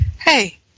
Hey